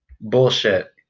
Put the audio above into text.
Bullshit